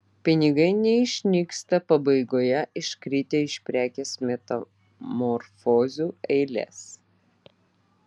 pinigai neišnyksta pabaigoje iškritę iš prekės metamorfozių eilės